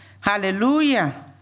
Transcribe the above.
hallelujah